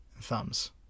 thumbs